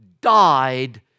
died